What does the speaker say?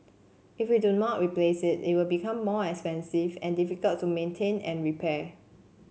if we do not replace it it will become more expensive and difficult to maintain and repair